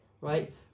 right